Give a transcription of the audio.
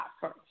first